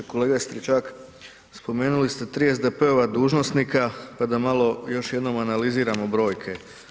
Kolega Stričak, spomenuli ste tri SDP-ova dužnosnika, pa da malo još jednom analiziramo brojke.